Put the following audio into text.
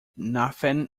nothing